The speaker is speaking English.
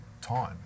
time